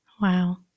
Wow